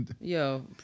Yo